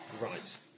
Right